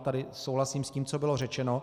Tady souhlasím s tím, co bylo řečeno.